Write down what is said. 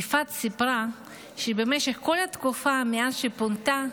יפעת סיפרה שבמשך כל התקופה מאז שפונתה,